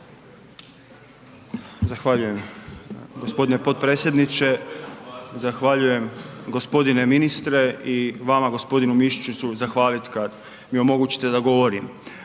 Zahvaljujem g. potpredsjedniče, zahvaljujem g. ministre i vama g. Mišiću ću zahvalit kad mi omogućite da govorim.